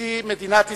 נשיא מדינת ישראל,